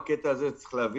אחת היא להחזיר